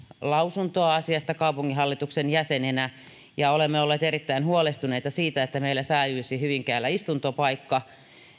lausuntoa asiasta kaupunginhallituksen jäsenenä olemme olleet erittäin huolestuneita ja toivoneet että meillä säilyisi hyvinkäällä istuntopaikka